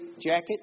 jacket